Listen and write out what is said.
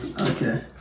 okay